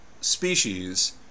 species